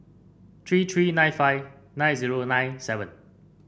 three three nine five nine zero nine seven